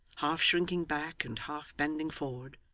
half shrinking back and half bending forward,